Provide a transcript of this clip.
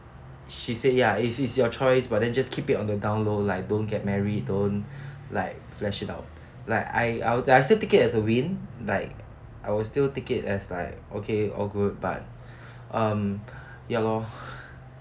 she said ya it is your choice but then just keep it on the down low like don't get married don't like flash it out like I I would I still take it as a win like I would still take it as like okay all good but um ya lor